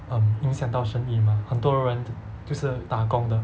um 影响到生意 mah 很多人就是打工的